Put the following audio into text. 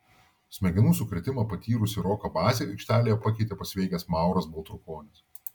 smegenų sukrėtimą patyrusį roką bazį aikštelėje pakeitė pasveikęs mauras baltrukonis